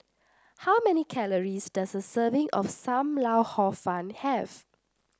how many calories does a serving of Sam Lau Hor Fun have